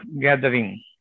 gathering